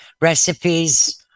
recipes